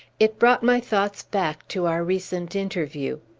it brought my thoughts back to our recent interview.